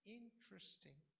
interesting